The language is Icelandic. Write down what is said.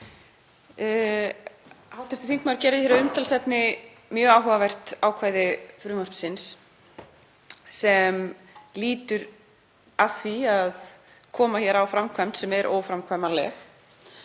ræðuna. Hv. þingmaður gerði að umtalsefni mjög áhugavert ákvæði frumvarpsins sem lýtur að því að koma hér á framkvæmd sem er óframkvæmanleg,